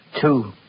Two